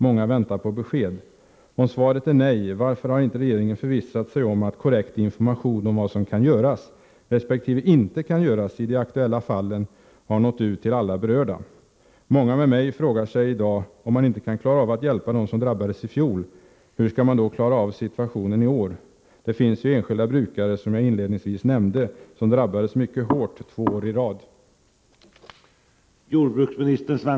Många väntar fortfarande på besked. Om svaret är nej, varför har inte regeringen förvissat sig om att korrekt information om vad som kan göras, resp. inte kan göras, i de aktuella fallen har nått ut till alla berörda? Många med mig frågar sig i dag: Om man inte kan klara av att hjälpa dem som drabbades i fjol, hur skall man klara av situationen i år? Det finns ju, som jaginledningsvis nämnde, enskilda brukare som drabbats mycket hårt två år i rad.